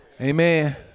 Amen